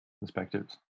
perspectives